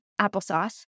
applesauce